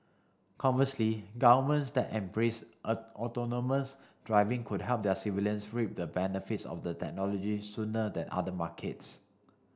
conversely governments that embrace autonomous driving could help their civilians reap the benefits of the technology sooner than other markets